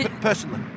personally